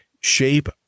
shape